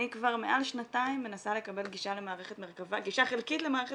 אני כבר מעל שנתיים מנסה לקבל גישה חלקית למערכת